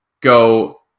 go